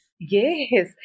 Yes